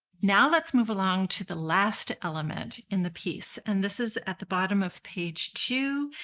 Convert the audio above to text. now let's move along to the last element in the piece. and this is at the bottom of page two,